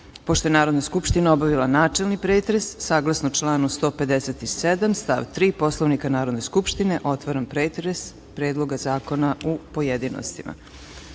je Narodna Skupština obavila načelni pretres, saglasno članu 157. stav 3. Poslovnika Narodne skupštine, otvaram pretres Predloga zakona u pojedinostima. Na